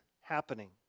happening